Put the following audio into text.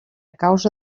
causa